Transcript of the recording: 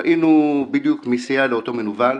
ראינו בדיוק מי סייע לאותו מנוול,